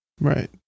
Right